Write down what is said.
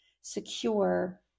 secure